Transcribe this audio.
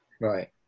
right